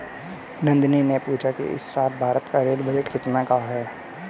नंदनी ने पूछा कि इस साल भारत का रेल बजट कितने का है?